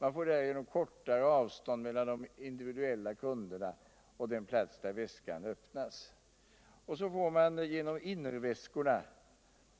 Man får därigenom kortare avstånd mellan de individuella kunderna och den plats där väskan öppnas. Vidare får man genom innerväskorna